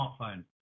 smartphone